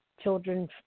children